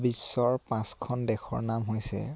বিশ্বৰ পাঁচখন দেশৰ নাম হৈছে